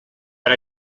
per